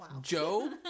Joe